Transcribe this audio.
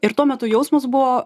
ir tuo metu jausmas buvo